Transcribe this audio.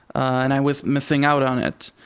and i was missing out on it.